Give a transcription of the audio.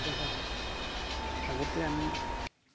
এতিয়া চাওক আগতে আমি